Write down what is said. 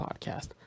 Podcast